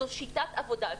זו שיטת עבודה,